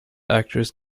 actress